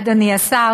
אדוני השר,